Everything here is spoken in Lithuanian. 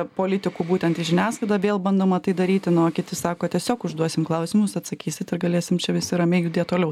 politikų būtent į žiniasklaidą vėl bandoma tai daryti nu o kiti sako tiesiog užduosim klausimus atsakysit ir galėsim čia visi ramiai judėt toliau